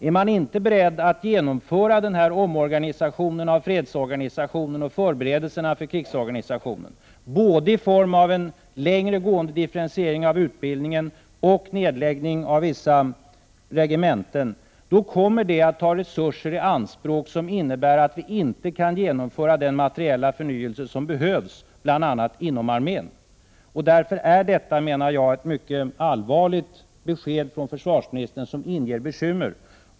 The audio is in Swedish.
Är man inte beredd att genomföra omorganisationen av fredsorganisationen och förberedelserna för krigsorganisationen, både i form av en längre gående differentiering av utbildningen och genom en nedläggning av vissa regementen, kommer det att ta resurser i anspråk som innebär att vi inte kan genomföra den materiella förnyelse som behövs, bl.a. inom armén. Därför är detta ett mycket allvarligt besked från försvarsministern, och det inger bekymmer.